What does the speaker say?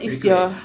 request